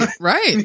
Right